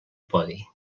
podi